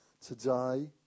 today